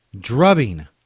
drubbing